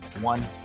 one